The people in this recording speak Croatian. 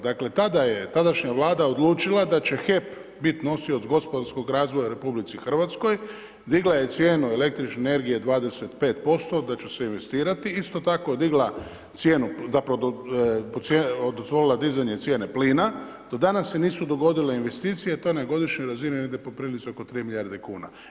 Dakle tada je tadašnja vlada odlučila da će HEP biti nosioc gospodarskog razvoja u RH, digla je cijenu električne energije 25% da će se investirati, isto tako digla cijenu zapravo dozvolila dizanje cijene pline, do danas se nisu dogodile investicije i to na godišnjoj razini negdje poprilici oko 3 milijarde kuna.